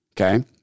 Okay